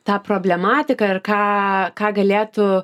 tą problematiką ir ką ką galėtų